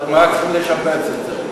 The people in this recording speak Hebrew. צריכים לשפץ את זה.